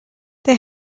they